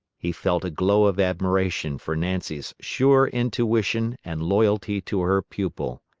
he felt a glow of admiration for nancy's sure intuition and loyalty to her pupil.